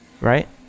right